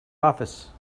office